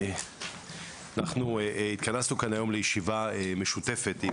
אנחנו התכנסנו כאן היום לישיבה משותפת עם